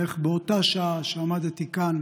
בערך באותה שעה שעמדתי כאן,